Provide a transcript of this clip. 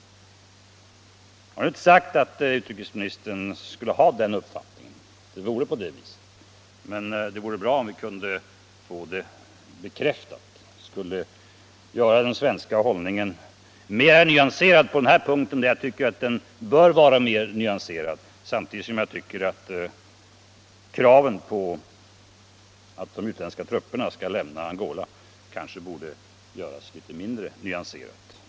Jag har inte sagt att utrikesministern skulle ha en sådan uppfattning, men det vore bra om vi kunde få bekräftat att det inte är så. Det skulle göra den svenska hållningen mera nyanserad på den här punkten. För i det avseendet bör den vara nyanserad. Samtidigt som jag tycker att kravet på att de utländska trupperna skall lämna Angola kanske borde kunna framföras litet mindre nyanserat.